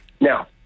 Now